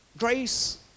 Grace